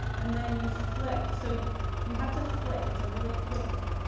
and then you flick. so you have to flick. it's a really quick,